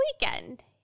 weekend